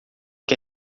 que